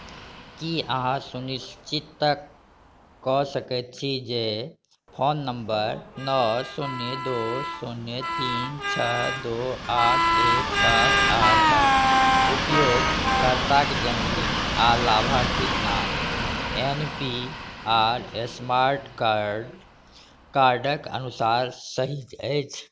कि अहाँ सुनिश्चित कऽ सकै छी जे फोन नम्बर नओ शून्य दुइ शून्य तीन छओ दुइ आठ एक सात आठके उपयोगकर्ताके जनमदिन आओर लाभार्थीके नाम एन पी आर एस्मार्ट कार्डके अनुसार सही अछि